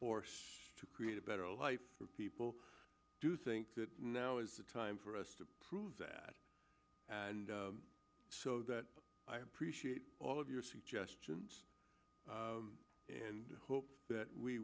force to create a better life for people to think that now is the time for us to prove that and so that i appreciate all of your suggestions and hope that we